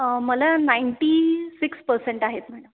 मला ninety six percent आहेत madam